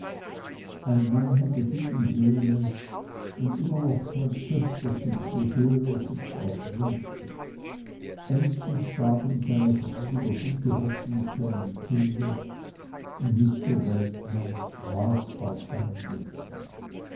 ein mann hatte sieben söhne und immer noch kein töchterchen so sehr er sichs auch wünschte endlich gab ihm seine frau wieder gute hoffnung zu einem kinde und wies zur welt kam war es auch ein mädchen